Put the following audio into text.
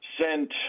sent